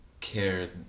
care